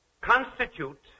constitute